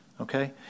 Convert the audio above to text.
okay